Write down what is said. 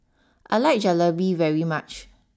I like Jalebi very much